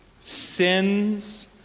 sins